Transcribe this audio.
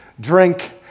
drink